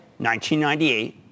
1998